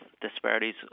disparities